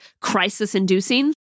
crisis-inducing